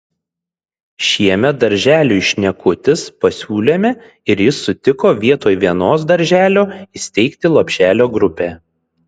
šiemet darželiui šnekutis pasiūlėme ir jis sutiko vietoj vienos darželio įsteigti lopšelio grupę